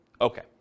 Okay